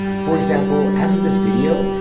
for example, as of this video,